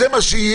זה מה שיהיה